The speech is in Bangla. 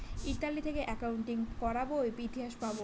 ইতালি থেকে একাউন্টিং করাবো ইতিহাস পাবো